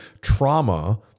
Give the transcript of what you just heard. trauma